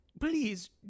Please